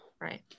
Right